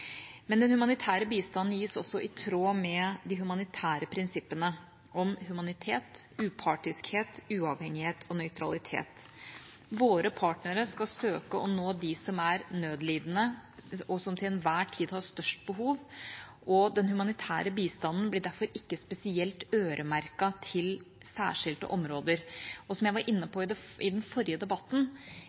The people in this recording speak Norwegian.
Men den humanitære bistanden gis også i tråd med de humanitære prinsippene om humanitet, upartiskhet, uavhengighet og nøytralitet. Våre partnere skal søke å nå dem som er nødlidende, og som til enhver tid har størst behov. Den humanitære bistanden blir derfor ikke spesielt øremerket særskilte områder. Som jeg var inne på i den forrige debatten,